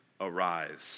arise